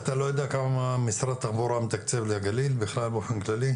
אתה לא יודע כמה משרד התחבורה מתקצב לגליל בכלל באופן כללי?